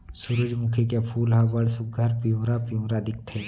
सुरूजमुखी के फूल ह बड़ सुग्घर पिंवरा पिंवरा दिखथे